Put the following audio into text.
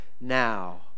now